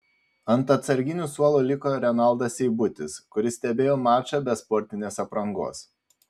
ant atsarginių suolo liko renaldas seibutis kuris stebėjo mačą be sportinės aprangos